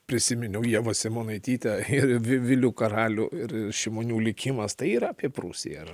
prisiminiau ievą simonaitytę ir vi vilių karalių ir šimonių likimas tai yra apie prūsiją